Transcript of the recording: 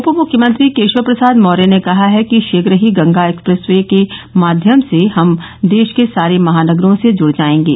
उपमुख्यमंत्री केशव प्रसाद मौर्य ने कहा है कि शीघ्र ही गंगा एक्सप्रेस वे के माध्यम से हम देश के सारे महानगरों से जुड़ जायेंगे